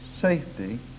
safety